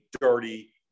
dirty